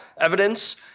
evidence